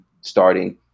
starting